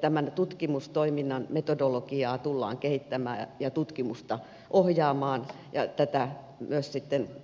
tämän tutkimustoiminnan metodologiaa tullaan kehittämään ja tutkimusta ohjaamaan ja